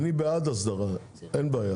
אני בעד הסדרה, אין בעיה.